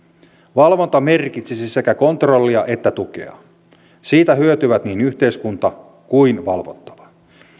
valvonta merkitsisi sekä kontrollia että tukea siitä hyötyvät niin yhteiskunta kuin valvottava